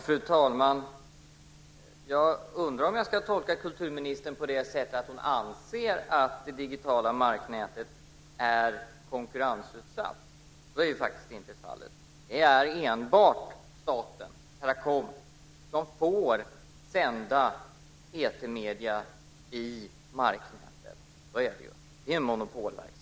Fru talman! Jag undrar om jag ska tolka kulturministern på det sättet att hon anser att det digitala marknätet är konkurrensutsatt. Så är ju faktiskt inte fallet. Det är enbart staten - Teracom - som får sända etermedia i marknätet. Det är en monopolverksamhet.